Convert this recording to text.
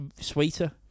sweeter